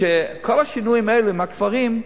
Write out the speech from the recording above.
שכל השינויים האלה עם הקברים,